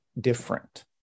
different